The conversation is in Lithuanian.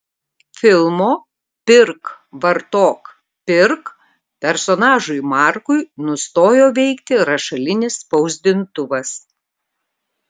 filmo pirk vartok pirk personažui markui nustojo veikti rašalinis spausdintuvas